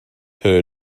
her